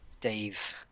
Dave